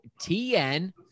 TN